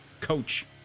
coach